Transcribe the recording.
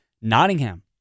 Nottingham